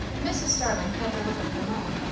mrs. starling had delivered her mind,